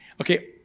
Okay